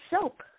soap